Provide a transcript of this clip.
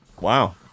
Wow